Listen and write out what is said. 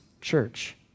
church